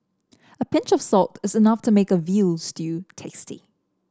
a pinch of salt is enough to make a veal stew tasty